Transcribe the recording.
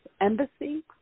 embassy